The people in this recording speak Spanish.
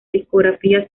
discográfica